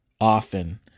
often